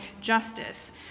justice